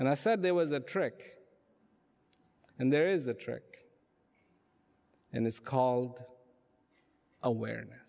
and i said there was a trick and there is a trick and it's called awareness